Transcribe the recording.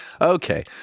Okay